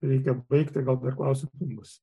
reikia baigti gal dar klausimų bus